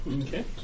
Okay